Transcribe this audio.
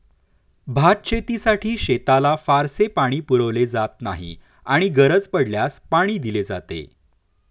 भातशेतीसाठी शेताला फारसे पाणी पुरवले जात नाही आणि गरज पडल्यास पाणी दिले जाते